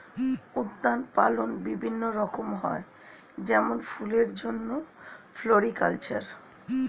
উদ্যান পালন বিভিন্ন রকম হয় যেমন ফুলের জন্যে ফ্লোরিকালচার